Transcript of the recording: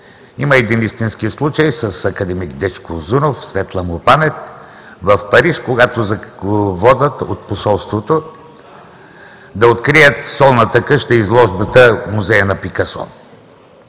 Има един истински случай с акад. Дечко Узунов – светла му памет, в Париж, когато го водят от посолството да открият в Солната къща изложбата „Музея на Пикасо“.